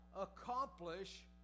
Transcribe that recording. accomplish